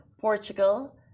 portugal